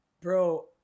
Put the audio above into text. bro